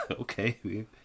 Okay